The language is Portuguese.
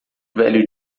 velho